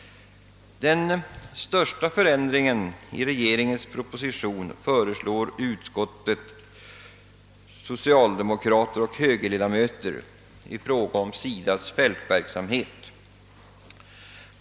Den största förändringen i regeringens proposition föreslår utskottets socialdemokrater och högerledamöter i fråga om SIDA:s fältverksamhet.